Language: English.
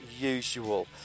usual